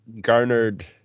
garnered